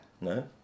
No